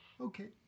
okay